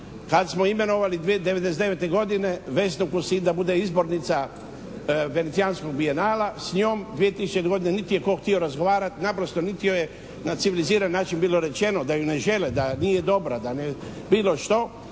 kad smo imenovali 1999. godine Vesnu …/Govornik se ne razumije./… da bude izbornica Venecijanskog bijenala. S njom 2000. godine niti je tko htio razgovarati. Naprosto niti joj je na civilizirani način bilo rečeno da ju ne žele, da nije dobra, bilo što